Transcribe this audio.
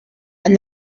and